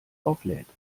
auflädt